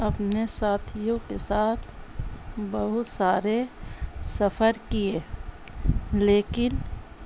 اپنے ساتھیوں کے ساتھ بہت سارے سفر کیے لیکن